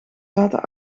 zaten